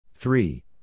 Three